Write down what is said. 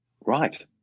Right